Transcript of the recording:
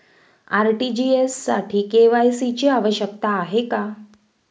RTGS साठी KYC ची आवश्यकता आहे का?